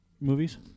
movies